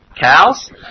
cows